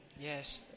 Yes